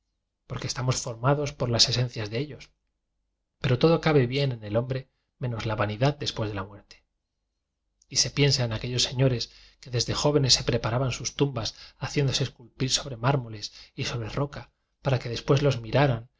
estamos formados con las esencias de ellos pero todo cabe bien en el hombre teenos la vanidad después de la muerte y se piensa en aquellos señores que desde jovenes se preparaban sus tumbas hacién dose esculpir sobre mármoles y sobre roca para que después los